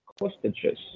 hostages